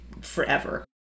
forever